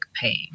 pain